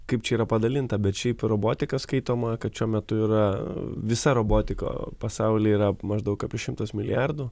kaip čia yra padalinta bet šiaip robotika skaitoma kad šiuo metu yra visa robotika pasauly yra maždaug apie šimtas milijardų